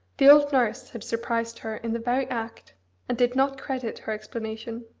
the old nurse had surprised her in the very act, and did not credit her explanation.